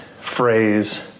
phrase